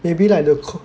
maybe like the c~